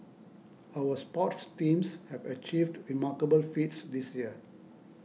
our sports teams have achieved remarkable feats this year